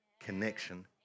connection